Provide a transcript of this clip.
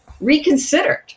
reconsidered